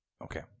Okay